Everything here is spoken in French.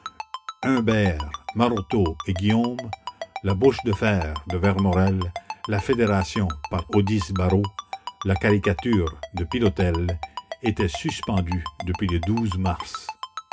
humbert maroteau et la commune guillaume la bouche de fer de vermorel la fédération par odysse barot la caricature de pilotelle étaient suspendus depuis le mars